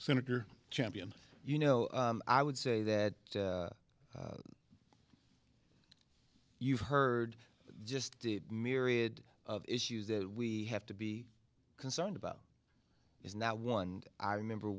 senator champion you know i would say that you've heard just a myriad of issues that we have to be concerned about is not one i remember